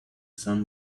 sun